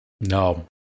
No